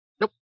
Nope